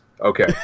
Okay